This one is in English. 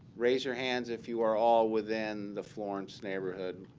raise your hands if you are all within the florence neighborhood